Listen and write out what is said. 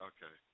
Okay